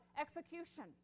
execution